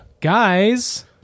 guys